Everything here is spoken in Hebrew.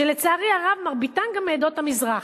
שלצערי הרב מרביתן גם מעדות המזרח.